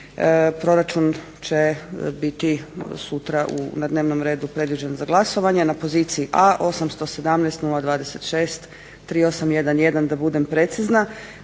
proračun će biti sutra na dnevnom redu predviđen za glasovanje na poziciji A 817 026 3811 da budem precizna,